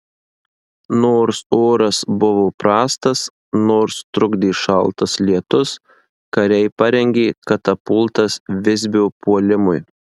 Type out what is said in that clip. nors oras buvo prastas nors trukdė šaltas lietus kariai parengė katapultas visbio puolimui